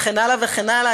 וכן הלאה וכן הלאה,